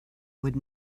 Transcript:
would